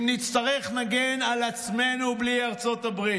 אם נצטרך, נגן על עצמנו בלי ארצות הברית.